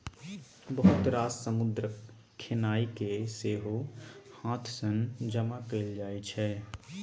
बहुत रास समुद्रक खेनाइ केँ सेहो हाथ सँ जमा कएल जाइ छै